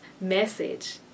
message